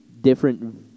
different